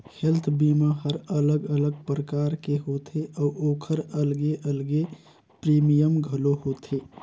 health बीमा हर अलग अलग परकार के होथे अउ ओखर अलगे अलगे प्रीमियम घलो होथे